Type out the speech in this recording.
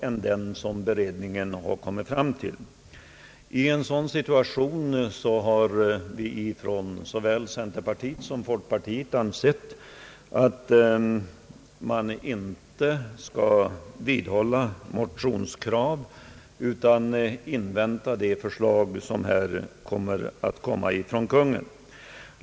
I den situation som föreligger har vi utskottsledamöter från såväl centerpartiet som folkpartiet ansett att motions kraven inte bör vidhållas utan att man skall invänta det förslag som kommer att framläggas från Konungen.